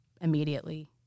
immediately